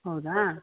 ಹೌದಾ